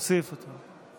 תוסיף אותו.